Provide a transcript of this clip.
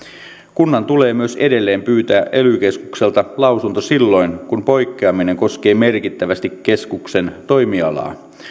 kunnan tulee myös edelleen pyytää ely keskukselta lausunto silloin kun poikkeaminen koskee merkittävästi keskuksen toimialaa